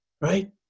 Right